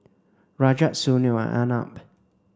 Rajat Sunil and Arnab